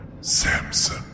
Samson